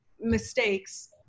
mistakes